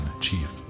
Chief